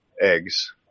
eggs